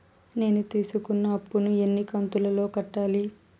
నేను తీసుకున్న అప్పు ను ఎన్ని కంతులలో కట్టాలి?